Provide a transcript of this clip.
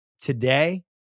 today